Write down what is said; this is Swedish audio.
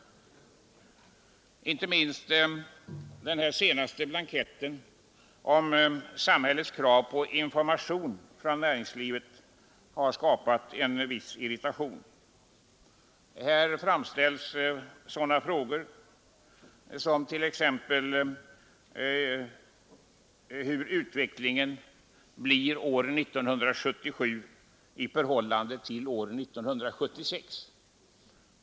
Inte minst den senaste blanketten som gäller samhällets krav på information från näringslivet har skapat en viss irritation. Här framställs frågor som hur utvecklingen blir år 1977 i förhållande till år 1976.